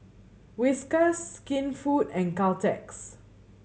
Whiskas Skinfood and Caltex